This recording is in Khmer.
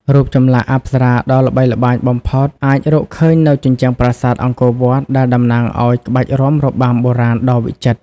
រូបចម្លាក់អប្សរាដ៏ល្បីល្បាញបំផុតអាចរកឃើញនៅជញ្ជាំងប្រាសាទអង្គរវត្ត ដែលតំណាងឱ្យក្បាច់រាំរបាំបុរាណដ៏វិចិត្រ។